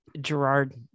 Gerard